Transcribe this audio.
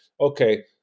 okay